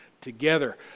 together